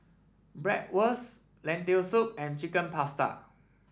Bratwurst Lentil Soup and Chicken Pasta